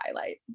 highlight